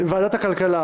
ועדת הכלכלה